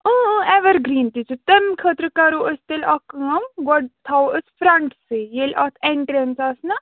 اۭں اۭں ایٚورگرٛیٖن تہِ چھِ تَمہِ خٲطرٕ کَرو أسۍ تیٚلہِ اَکھ کٲم گۄڈٕ تھاوو أسۍ فرٛنٛٹسٕے ییٚلہِ اَتھ ایٚنٹرٛنٕس آسہٕ نا